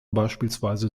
beispielsweise